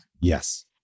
Yes